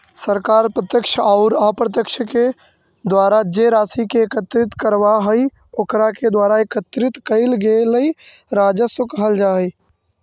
सरकार प्रत्यक्ष औउर अप्रत्यक्ष के द्वारा जे राशि के एकत्रित करवऽ हई ओकरा के द्वारा एकत्रित कइल गेलई राजस्व कहल जा हई